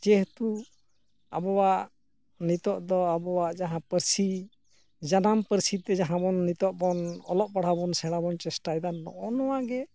ᱡᱮᱦᱮᱛᱩ ᱟᱵᱚᱣᱟᱜ ᱱᱤᱛᱚᱜ ᱫᱚ ᱟᱵᱚᱣᱟᱜ ᱡᱟᱦᱟᱸ ᱯᱟᱹᱨᱥᱤ ᱡᱟᱱᱟᱢ ᱯᱟᱹᱨᱥᱤᱛᱮ ᱡᱟᱦᱟᱸᱵᱚᱱ ᱱᱤᱛᱚᱜᱵᱚᱱ ᱚᱞᱚᱜ ᱯᱟᱲᱦᱟᱣ ᱵᱚᱱ ᱥᱮᱬᱟᱵᱚᱱ ᱪᱮᱥᱴᱟᱭᱮᱫᱟ ᱱᱚᱜᱼᱚ ᱱᱚᱣᱟᱜᱮ